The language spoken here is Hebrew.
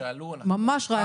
נשמח לאמץ?